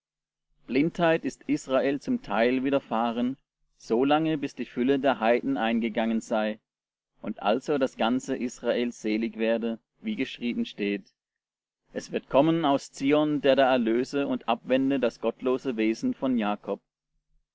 blindheit ist israel zum teil widerfahren so lange bis die fülle der heiden eingegangen sei und also das ganze israel selig werde wie geschrieben steht es wird kommen aus zion der da erlöse und abwende das gottlose wesen von jakob